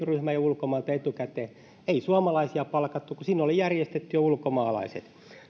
ryhmä ulkomailta ei suomalaisia palkattu kun sinne oli järjestetty jo ulkomaalaiset